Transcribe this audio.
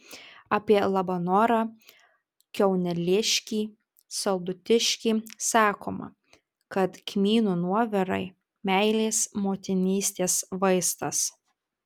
apie labanorą kiauneliškį saldutiškį sakoma kad kmynų nuovirai meilės motinystės vaistas